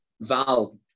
Val